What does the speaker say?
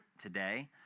today